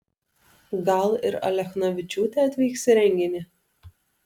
gal ir alechnavičiūtė atvyks į renginį